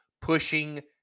pushing